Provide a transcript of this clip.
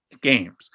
games